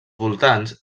voltants